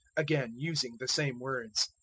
again using the same words.